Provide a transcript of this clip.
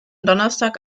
donnerstag